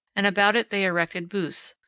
and about it they erected booths,